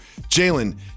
Jalen